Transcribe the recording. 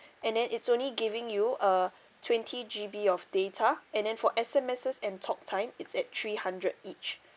and then it's only giving you a twenty G_B of data and then for S_M_Ses and talk time it's at three hundred each